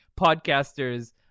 podcasters